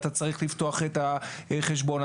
לפתוח את החשבון,